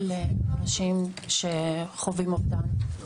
לאנשים שחווים אובדן,